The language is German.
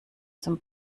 zum